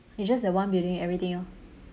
it's just the one building everything orh